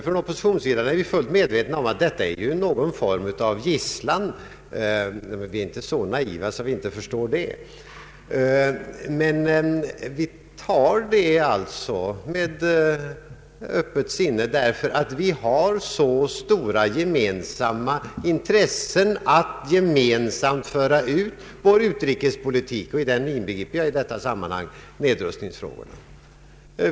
På oppositionssidan är vi fullt medvetna om att detta är någon form av gisslan — vi är inte så naiva att vi inte förstår det — men vi gör det med öppet sinne, eftersom det är av så stort intresse för oss att ge till känna vår gemensamma utrikespolitiska hållning, och i detta sammanhang avser jag också vårt ställningstagande i nedrustningsfrågorna.